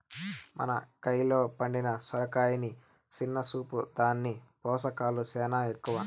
మన కయిలో పండిన సొరకాయని సిన్న సూపా, దాని పోసకాలు సేనా ఎక్కవ